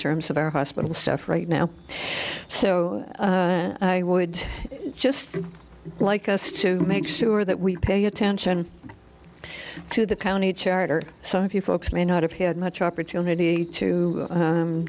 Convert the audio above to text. terms of our hospital stuff right now so i would just like us to make sure that we pay attention to the county charter some of you folks may not have had much opportunity to